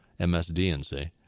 MSDNC